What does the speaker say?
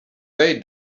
they